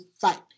fight